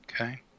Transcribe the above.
Okay